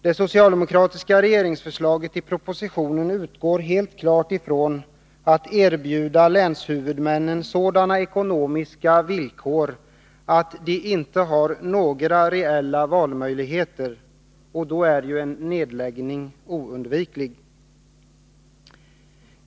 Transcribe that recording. Det socialdemokratiska regeringsförslaget i propositionen utgår helt klart ifrån att erbjuda länshuvudmännen sådana ekonomiska villkor att de inte har några reella valmöjligheter, och då är ju en nedläggning oundviklig.